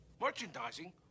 Merchandising